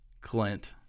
Clint